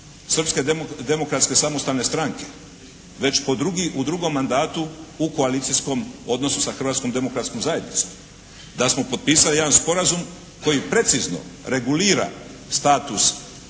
Srpske demokratske samostalne stranke već po drugi, u drugom mandatu u koalicijskom odnosu sa Hrvatskom demokratskom zajednicom. Da smo potpisali jedan sporazum koji precizno regulira status